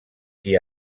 qui